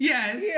Yes